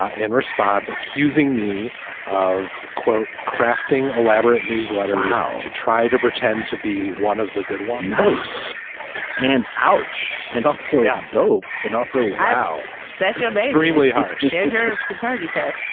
ah in response, accusing me of, quote, crafting elaborate newsletters to try to pretend to be one of the good one. nice and ouch. and also yeah dope. and also how that may really hurt her paternity test